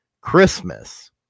Christmas